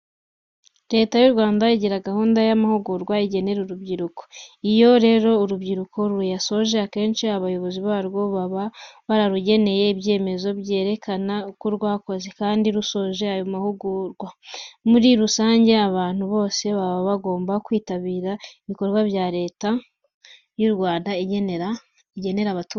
Leta y'u Rwanda igira gahunda y'amahugurwa iginera urubyiruko. Iyo rero uru rubyiruko ruyasoje, akenshi abayobozi barwo, baba bararugeneye ibyemezo byerekana ko rwakoze, kandi rusoje ayo mahugurwa. Muri rusange abantu bose baba bagomba kwitabira ibikorwa Leta y'u Rwanda igenera abaturage.